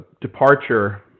departure